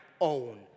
own